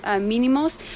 mínimos